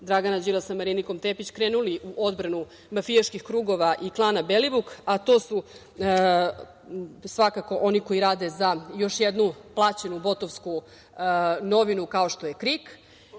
Dragana Đilasa, Marinikom Tepić krenuli u odbranu mafijaških krugova i klana Belivuk, a to su svakako oni koji rade za još jednu plaćenu botovsku novinu kao što je KRIK,